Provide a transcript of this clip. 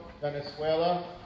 Venezuela